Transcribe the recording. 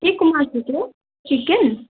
केको मासुको चिकन